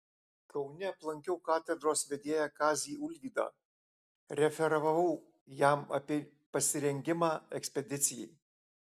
kaune aplankiau katedros vedėją kazį ulvydą referavau jam apie pasirengimą ekspedicijai